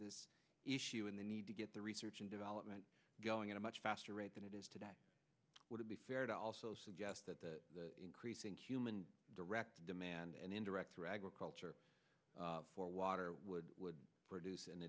this issue and the need to get the research and development going at a much faster rate than it is today would it be fair to also suggest that the increase in human direct demand and indirect or agriculture for water would produce an